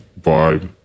vibe